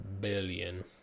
Billion